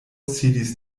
sidis